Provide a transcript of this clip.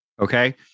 Okay